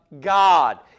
God